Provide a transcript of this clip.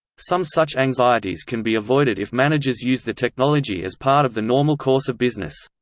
some such anxieties can be avoided if managers use the technology as part of the normal course of business.